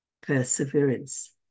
perseverance